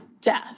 death